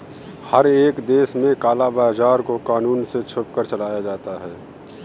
हर एक देश में काला बाजार को कानून से छुपकर चलाया जाता है